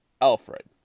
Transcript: Alfred